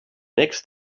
next